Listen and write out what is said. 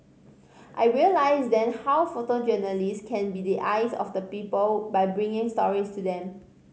I realised then how photojournalists can be the eyes of the people by bringing stories to them